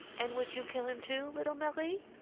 and would you kill him, too, little marie?